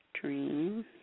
dream